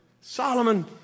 Solomon